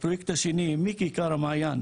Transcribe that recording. הפרויקט השני הוא מכיכר המעיין,